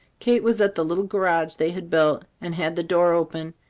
kate was at the little garage they had built, and had the door open.